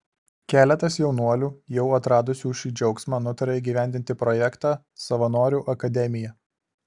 keletas jaunuolių jau atradusių šį džiaugsmą nutarė įgyvendinti projektą savanorių akademija